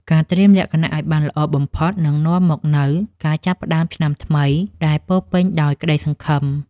ការត្រៀមលក្ខណៈឱ្យបានល្អបំផុតនឹងនាំមកនូវការចាប់ផ្តើមឆ្នាំថ្មីដែលពោរពេញដោយក្តីសង្ឃឹម។